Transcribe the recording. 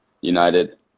United